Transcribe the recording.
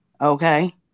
Okay